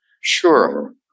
sure